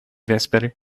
vespere